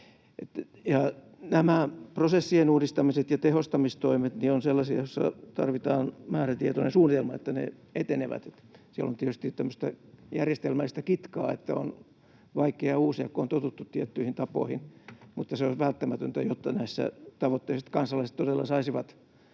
Nämä prosessien uudistamiset ja tehostamistoimet ovat sellaisia, joissa tarvitaan määrätietoinen suunnitelma, että ne etenevät. Siellä on tietysti tämmöistä järjestelmällistä kitkaa, että on vaikea uusia, kun on totuttu tiettyihin tapoihin, mutta se olisi välttämätöntä näiden tavoitteiden kannalta, että kansalaiset todella saisivat